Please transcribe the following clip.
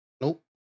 Nope